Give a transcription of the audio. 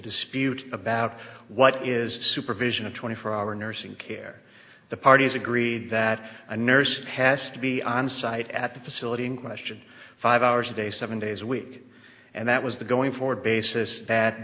dispute about what is supervision of twenty four hour nursing care the parties agreed that a nurse has to be onsite at the facility in question five hours a day seven days a week and that was the going forward basis